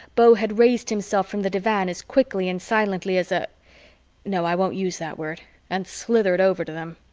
beau had raised himself from the divan as quickly and silently as a no, i won't use that word and slithered over to them.